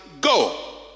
go